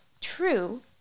true